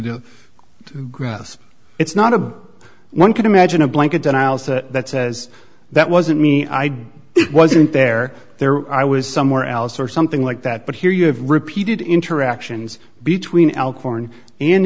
to grasp it's not a one could imagine a blanket denials that says that wasn't me i did it wasn't there there i was somewhere else or something like that but here you have repeated interactions between a